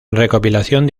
recopilación